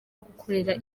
gukorera